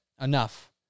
enough